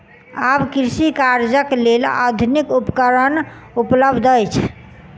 आब कृषि कार्यक लेल आधुनिक उपकरण उपलब्ध अछि